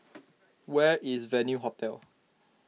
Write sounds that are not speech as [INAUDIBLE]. [NOISE] where is Venue Hotel